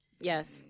Yes